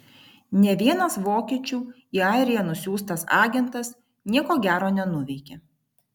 nė vienas vokiečių į airiją nusiųstas agentas nieko gero nenuveikė